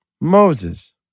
Moses